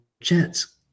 jets